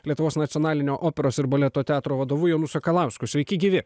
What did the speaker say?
lietuvos nacionalinio operos ir baleto teatro vadovu jonu sakalausku sveiki gyvi